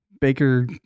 Baker